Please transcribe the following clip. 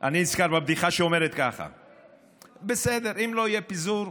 אני נזכר בבדיחה שאומרת, בסדר, אם לא יהיה פיזור,